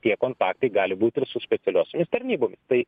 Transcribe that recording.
tie kontaktai gali būt ir su specialiosiomis tarnybomis tai